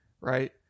Right